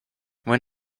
when